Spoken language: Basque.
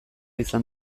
izan